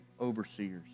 overseers